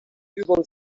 übung